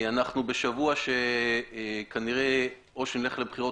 אנחנו בשבוע שכנראה או שנלך לבחירות